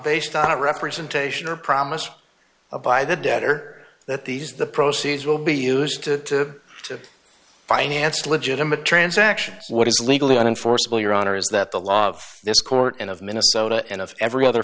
based on a representation or promise of by the debtor that these the proceeds will be used to to finance legitimate transactions what is legally unenforceable your honor is that the law of this court and of minnesota and of every other